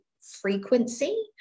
frequency